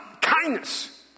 kindness